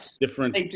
different